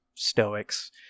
Stoics